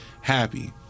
happy